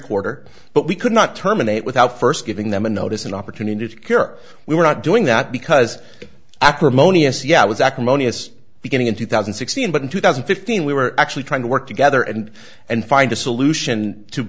quarter but we could not terminate without first giving them a notice an opportunity to cure we were not doing that because acrimonious yeah it was acrimonious beginning in two thousand and sixteen but in two thousand fifteen we were actually trying to work together and and find a solution to